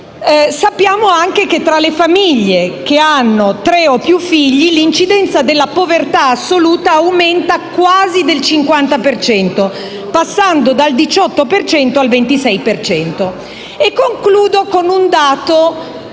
Sappiamo anche che, tra le famiglie che hanno tre o più figli, l'incidenza della povertà assoluta aumenta quasi del 50 per cento, passando dal 18 per